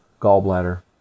gallbladder